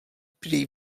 prý